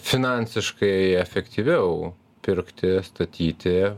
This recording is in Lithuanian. finansiškai efektyviau pirkti statyti